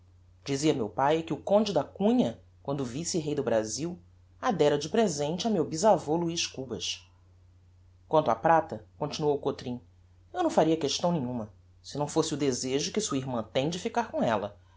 dizia meu pae que o conde da cunha quando vice-rei do brazil a dera de presente a meu bisavô luiz cubas quanto á prata continuou o cotrim eu não faria questão nenhuma se não fosse o desejo que sua irmã tem de ficar com ella